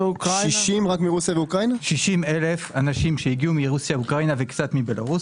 60,000 אנשים שהגיעו מרוסיה ואוקראינה וקצת מבלרוס.